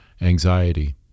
anxiety